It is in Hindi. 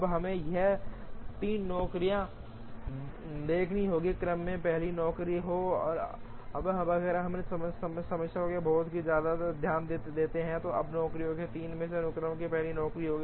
अब हमें यहां 3 नौकरी देखनी होगी अनुक्रम में पहली नौकरी हो अब अगर हम इस समस्या को बहुत ध्यान से देखते हैं अगर नौकरी 3 है अनुक्रम में पहली नौकरी